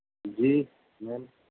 جی